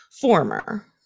former